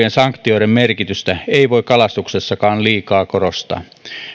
ja riittävien sanktioiden merkitystä ei voi kalastuksessakaan liikaa korostaa